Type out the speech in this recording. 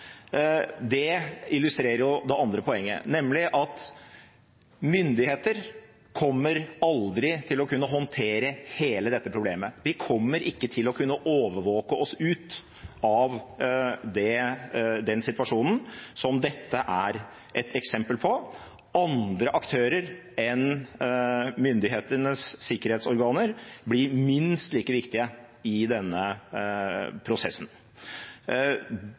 illustrerer det andre poenget, nemlig at myndigheter aldri kommer til å kunne håndtere hele dette problemet. Vi vil ikke kunne overvåke oss ut av en slik situasjon som dette er et eksempel på. Andre aktører enn myndighetenes sikkerhetsorganer blir minst like viktige i denne prosessen.